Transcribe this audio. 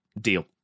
Deal